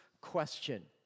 question